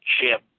chip